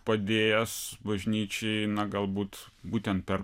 padėjęs bažnyčiai na galbūt būtent per